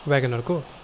वेगनरको